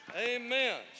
Amen